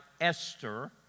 Esther